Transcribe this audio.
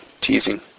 teasing